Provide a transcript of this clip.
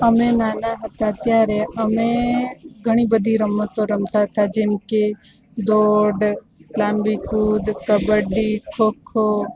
અમે નાના હતા ત્યારે અમે ઘણી બધી રમતો રમતા હતા જેમકે દોડ લાંબી કૂદ કબડ્ડી ખોખો